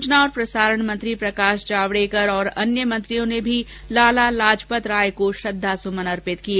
सूचना और प्रसारण मंत्री प्रकाश जावड़ेकर और अन्य मंत्रियों ने भी लाला लाजपत राय को श्रद्धा सुमन अर्पित किए